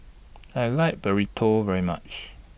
I like Burrito very much